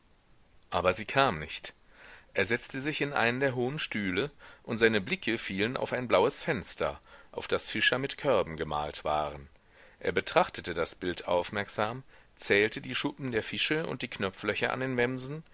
aber sie kam nicht er setzte sich in einen der hohen stühle und seine blicke fielen auf ein blaues fenster auf das fischer mit körben gemalt waren er betrachtete das bild aufmerksam zählte die schuppen der fische und die knopflöcher an den wämsen